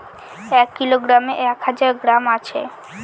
এক কিলোগ্রামে এক হাজার গ্রাম আছে